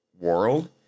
world